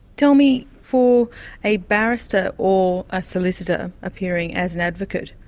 tell me, for a barrister or a solicitor appearing as an advocate,